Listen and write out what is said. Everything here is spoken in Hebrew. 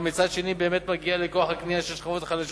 ומצד שני באמת מגיע לכוח הקנייה של שכבות חלשות